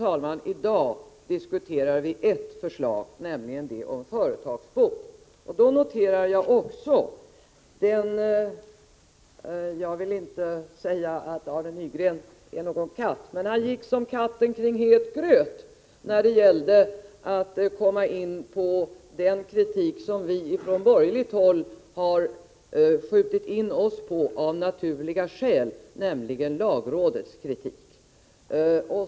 I dag diskuterar vi ett förslag, det om företagsbot. Jag vill inte säga att Arne Nygren är någon katt, men han gick som katten kring het gröt när det gällde att komma in på den kritik som vi från borgerligt håll har skjutit in oss på, av naturliga skäl, nämligen lagrådets kritik.